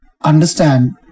understand